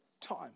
Time